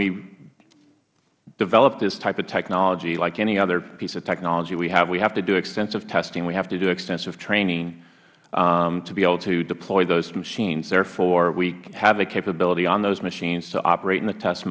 we developed this type of technology like any other piece of technology we have we have to do extensive testing we have to do extensive training to be able to deploy those machines therefore we have the capability on those machines to operate in the test